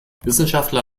wissenschaftler